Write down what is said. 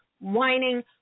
whining